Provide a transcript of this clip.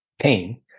pain